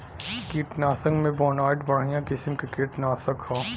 कीटनाशक में बोनाइट बढ़िया किसिम क कीटनाशक हौ